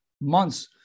months